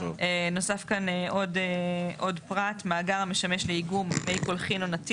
נוסף כאן עוד פרט "מאגר המשמש לאיגום מי קולחין עונתי